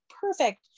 perfect